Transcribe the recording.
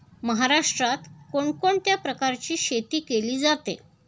महाराष्ट्रात कोण कोणत्या प्रकारची शेती केली जाते?